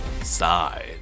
side